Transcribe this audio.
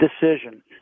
decision